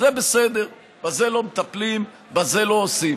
זה בסדר, בזה לא מטפלים, את זה לא עושים.